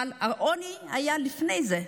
אבל העוני היה לפני זה.